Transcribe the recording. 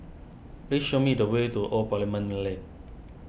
please show me the way to Old Parliament Lane